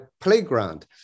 playground